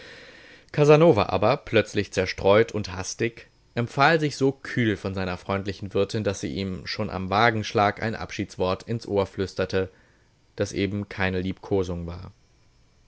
casanova aber plötzlich zerstreut und hastig empfahl sich so kühl von seiner freundlichen wirtin daß sie ihm schon am wagenschlag ein abschiedswort ins ohr flüsterte das eben keine liebkosung war